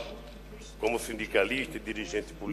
חיוני שתהיה גם חמלה.